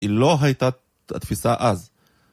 כי לא הייתה התפיסה אז